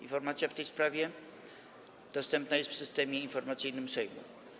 Informacja w tej sprawie dostępna jest w Systemie Informacyjnym Sejmu.